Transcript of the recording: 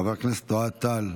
חבר הכנסת אוהד טל,